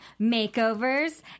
makeovers